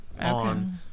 on